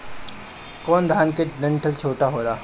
कौन धान के डंठल छोटा होला?